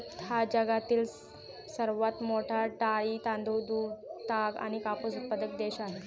भारत हा जगातील सर्वात मोठा डाळी, तांदूळ, दूध, ताग आणि कापूस उत्पादक देश आहे